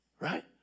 Right